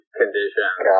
conditions